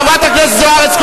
חברת הכנסת זוארץ,